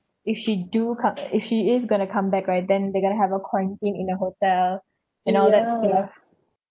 if she do come if she is going to come back right then they're going to quarantine in a hotel and all that is going to